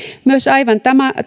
myös aivan